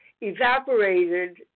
evaporated